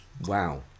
wow